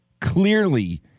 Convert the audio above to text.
clearly